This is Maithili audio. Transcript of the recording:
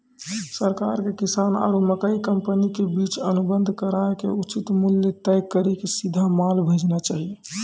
सरकार के किसान आरु मकई कंपनी के बीच अनुबंध कराय के उचित मूल्य तय कड़ी के सीधा माल भेजना चाहिए?